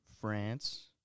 France